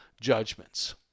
judgments